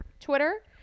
Twitter